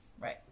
Right